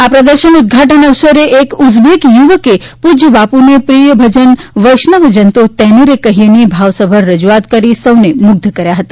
આ પ્રદર્શન ઉદ્દઘાટન અવસરે એક ઉઝબેક યુવકે પૂજ્ય બાપૂને પ્રિય ભજન વૈષ્ણવ જન તો તેને રે કઠીએ ની ભાવસભર રજૂઆત કરી સૌને મૃગ્ધ કર્યા હતા